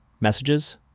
messages